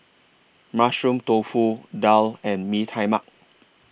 Mushroom Tofu Daal and Mee Tai Mak